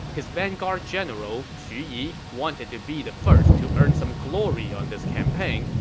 his vanguard general xu yi wanted to be the first to earn some glory on this campaign,